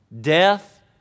Death